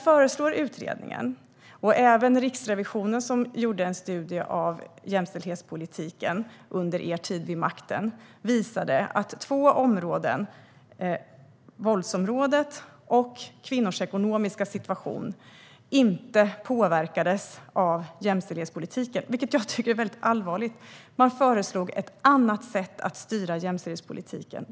Både utredningen och Riksrevisionen, som har gjort en studie om jämställdhetspolitiken under er tid vid makten, har visat att två områden - våld och kvinnors ekonomiska situation - inte påverkades av jämställdhetspolitiken. Detta tycker jag är väldigt allvarligt. De föreslog därför ett annat sätt att styra jämställdhetspolitiken.